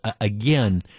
again